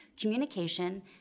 communication